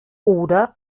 oder